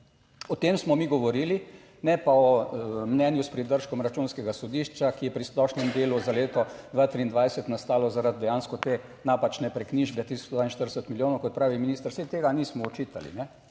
O tem smo mi govorili, ne pa o mnenju s pridržkom Računskega sodišča, ki je pri splošnem delu za leto 2023 nastalo zaradi dejansko te napačne preknjižbe 342 milijonov, kot pravi minister. Saj tega nismo očitali,